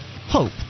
hope